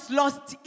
lost